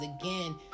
again